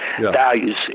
values